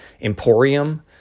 Emporium